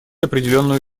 определенную